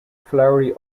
flowery